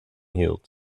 hield